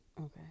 Okay